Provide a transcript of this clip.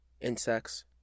insects